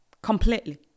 Completely